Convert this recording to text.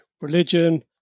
religion